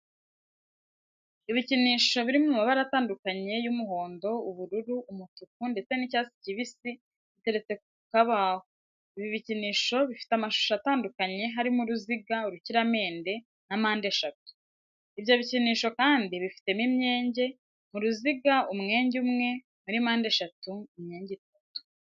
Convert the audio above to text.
Ibikinisho biri mu mabara atandukanye y'umuhondo, ubururu, umutuku ndetse n'icyatsi kibisi biteretse ku kabaho. Ibi bikinisho bifite amashusho atandukanye harimo uruziga, urukiramende na mpandeshatu. Ibyo bikinisho kandi bifitemo imyenge, mu ruziga umwenge umwe, muri mpandeshatu imyenge itatu.